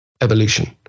evolution